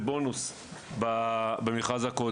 בהמשך הוא